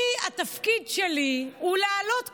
אני, התפקיד שלי הוא להעלות קושיות.